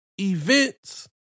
events